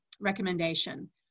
recommendation